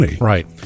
right